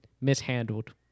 mishandled